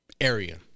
area